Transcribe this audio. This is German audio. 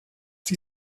sie